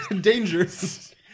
Dangerous